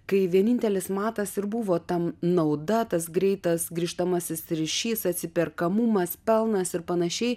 kai vienintelis matas ir buvo tam nauda tas greitas grįžtamasis ryšys atsiperkamumas pelnas ir panašiai